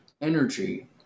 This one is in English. energy